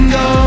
go